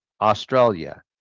Australia